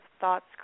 thoughts